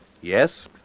yes